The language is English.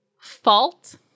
Fault